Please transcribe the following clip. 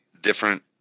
different